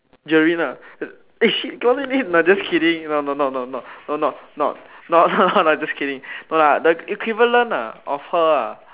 Jeryn ah eh shit cannot say name no just kidding not not not not not not not not not not just kidding no lah the equivalent ah of her ah